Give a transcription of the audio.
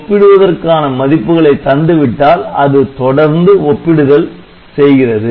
ஒப்பிடுவதற்கான மதிப்புகளை தந்து விட்டால் அது தொடர்ந்து ஒப்பிடுதல் செய்கிறது